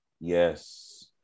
Yes